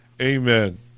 amen